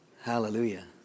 Hallelujah